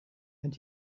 and